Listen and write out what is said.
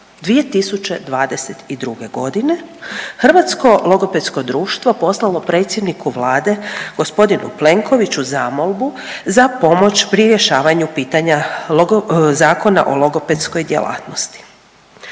1.7.2022. g. Hrvatsko logopedsko društvo poslalo predsjedniku Vlade g. Plenkoviću zamolbu za pomoć pri rješavanju pitanja .../nerazumljivo/... Zakona o logopedskoj djelatnosti,